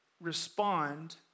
respond